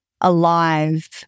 Alive